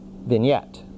vignette